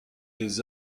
des